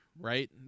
right